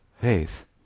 faith